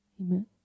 Amen